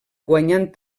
guanyant